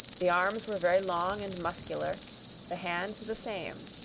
the arms were very long and muscular the hands the same,